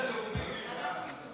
מתקן של חובב רדיו בבתים משותפים),